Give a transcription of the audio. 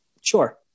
Sure